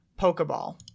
Pokeball